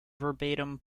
verbatim